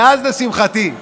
ואז, לשמחתי,